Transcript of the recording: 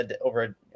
over